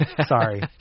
Sorry